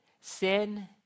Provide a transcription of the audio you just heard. Sin